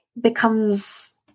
becomes